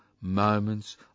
moments